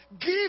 give